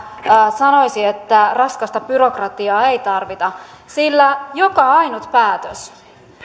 sanoisi että raskasta byrokratiaa ei tarvita sillä joka ainut päätös